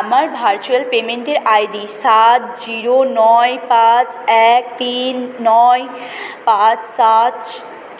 আমার ভার্চুয়াল পেমেন্টের আইডি সাত জিরো নয় পাঁচ এক তিন নয় পাঁচ সাত